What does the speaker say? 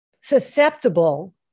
susceptible